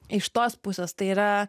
iš tos pusės tai yra